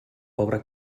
pobre